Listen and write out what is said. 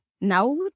No